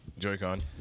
joy-con